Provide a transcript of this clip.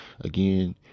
again